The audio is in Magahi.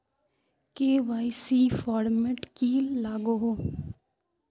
के.वाई.सी फॉर्मेट की लागोहो?